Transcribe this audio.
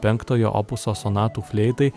penktojo opuso sonatų fleitai